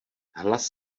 hlas